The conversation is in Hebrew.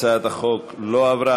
הצעת החוק לא עברה.